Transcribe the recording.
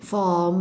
for m~